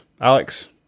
Alex